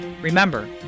Remember